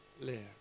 live